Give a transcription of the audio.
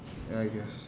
ya I guess